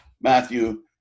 matthew